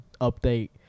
update